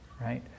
right